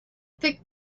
thick